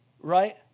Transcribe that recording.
right